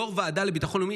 יו"ר הוועדה לביטחון לאומי,